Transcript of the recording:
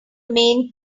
main